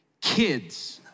Kids